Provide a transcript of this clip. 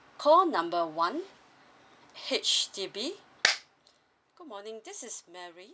call number one H_D_B good morning this is mary